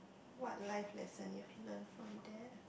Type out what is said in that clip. what life lesson you've learnt from that